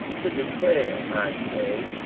to declare, i say,